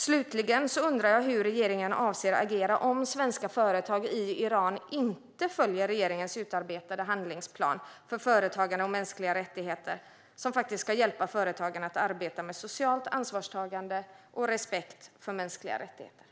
Slutligen undrar jag hur regeringen avser att agera om svenska företag i Iran inte följer regeringens utarbetade handlingsplan för företagande och mänskliga rättigheter, som ska hjälpa företagen att arbeta med socialt ansvarstagande och respekt för mänskliga rättigheter.